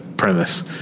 premise